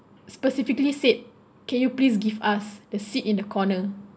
specifically said can you please give us the seat in the corner